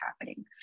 happening